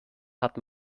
hat